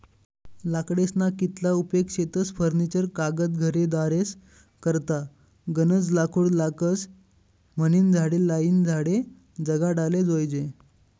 लाकडेस्ना कितला उपेग शेतस फर्निचर कागद घरेदारेस करता गनज लाकूड लागस म्हनीन झाडे लायीन झाडे जगाडाले जोयजे